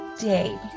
day